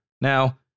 now